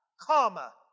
comma